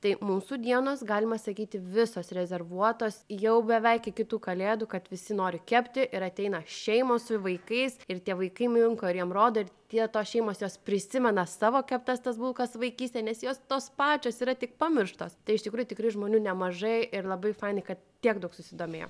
tai mūsų dienos galima sakyti visos rezervuotos jau beveik iki tų kalėdų kad visi nori kepti ir ateina šeimos su vaikais ir tie vaikai minko ir jiem rodo ir tie tos šeimos jos prisimena savo keptas tas bulkas vaikystėj nes jos tos pačios yra tik pamirštos tai iš tikrųjų tikrai žmonių nemažai ir labai fainai kad tiek daug susidomėjo